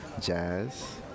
jazz